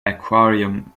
aquarium